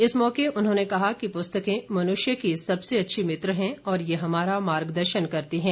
इस मौके उन्होंने कहा कि पुस्तकें मनुष्य की सबसे अच्छी मित्र हैं और ये हमारा मार्गदर्शन करती है